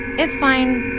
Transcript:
it's fine.